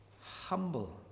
humble